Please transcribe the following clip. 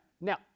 now